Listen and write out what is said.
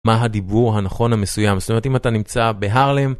מה הדיבור הנכון המסוים, זאת אומרת אם אתה נמצא בהרלם.